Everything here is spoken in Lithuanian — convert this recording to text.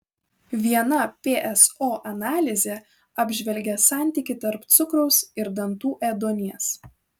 viena pso analizė apžvelgė santykį tarp cukraus ir dantų ėduonies